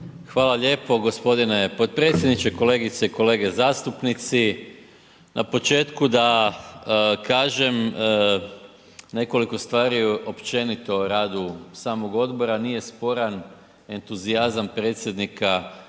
Hvala lijepo g. potpredsjedniče, kolegice i kolege zastupnici. Na početku da kažem nekoliko stvari općenito o radu samog odbora, nije sporan entuzijazam predsjednika